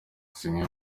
zimwe